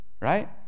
right